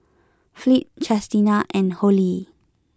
Fleet Chestina and Hollie